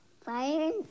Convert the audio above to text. Fire